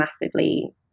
massively